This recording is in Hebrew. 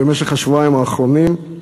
במשך השבועיים האחרונים.